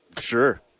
Sure